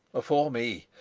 afore me,